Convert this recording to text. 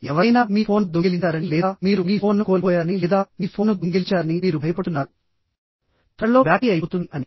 ఎవరైనా మీ ఫోన్ను దొంగిలించారని లేదా మీరు మీ ఫోన్ను కోల్పోయారని లేదా మీ ఫోన్ను దొంగిలించారని మీరు భయపడుతున్నారు త్వరలో బ్యాటరీ అయిపోతుంది అని